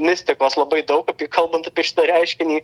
mistikos labai daug kalbant apie šitą reiškinį